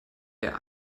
der